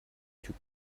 typ